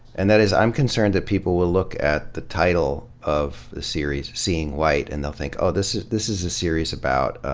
and that is, i'm concerned that people will look at the title of the series, seeing white, and they'll think, oh this is this is a series about